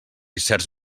certs